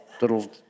little